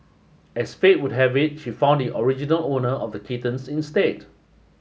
as fate would have it she found the original owner of the kittens instead